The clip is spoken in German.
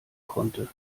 konnte